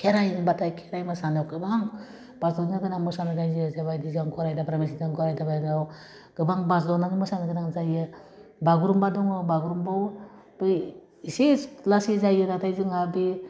खेराइ होनबाथाइ खेराइ मोसानायाव गोबां बाज्ल'नो गोनां मोसानाय जायो जेब्ला गराइ दाब्राय मोसादों गराइ दाब्रायनायाव गोबां गाज्ल'नानै मोसानो गोनां जायो बागुम्बा दङ बागुरुम्बाव बे एसे लासै जायो नाथाय जोंहा बे